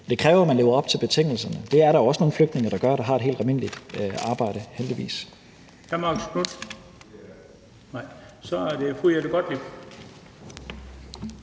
det kræver, at man lever op til betingelserne. Men det er der også nogle flygtninge, der har et helt almindeligt arbejde, der gør,